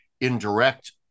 indirect